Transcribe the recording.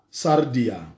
sardia